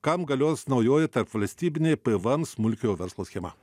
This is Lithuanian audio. kam galios naujoji tarpvalstybinė pvm smulkiojo verslo schema